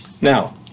Now